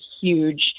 huge